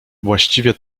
właściwie